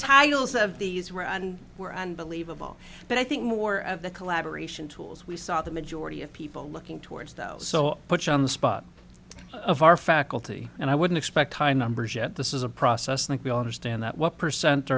titles of these were and were unbelievable but i think more of the collaboration tools we saw the majority of people looking towards those so put you on the spot of our faculty and i wouldn't expect high numbers yet this is a process like we all understand that one percent